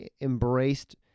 embraced